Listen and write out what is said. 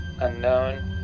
unknown